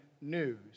news